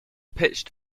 pitched